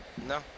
no